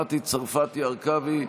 מטי צרפתי הרכבי,